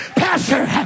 pastor